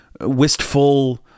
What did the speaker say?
wistful